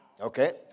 Okay